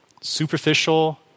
superficial